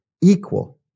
equal